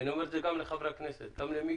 ואני אומר את זה גם לחברי הכנסת: גם למיקי,